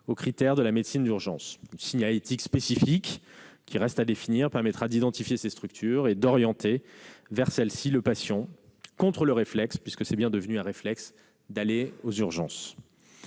aux critères de la médecine d'urgence. Une signalétique spécifique, qui reste à définir, permettra d'identifier ces structures et d'orienter le patient vers celles-ci, contre le réflexe, puisque c'est bien devenu un réflexe, d'aller aux urgences.